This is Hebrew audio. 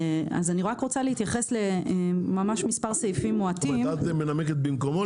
אז אני רוצה להתייחס למספר סעיפים מועטים אני מנמקת במקומו,